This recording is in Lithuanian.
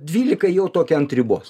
dvylika jau tokia ant ribos